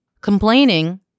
complaining